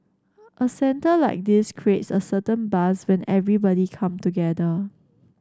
a centre like this creates a certain buzz when everybody come together